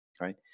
right